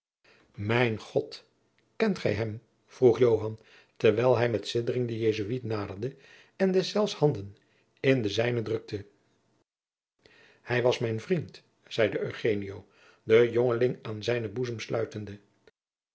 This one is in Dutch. mijn god kent gij hem vroeg joan terwijl hij met siddering den jesuit naderde en deszelfs handen in de zijne drukte hij was mijn vriend zeide eugenio den jongeling aan zijnen boezem sluitende